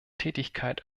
tätigkeit